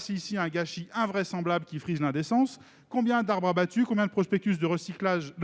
C'est un gâchis invraisemblable, qui frise l'indécence. Combien d'arbres abattus, combien de